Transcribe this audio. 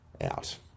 out